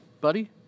Buddy